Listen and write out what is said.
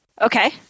Okay